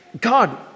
God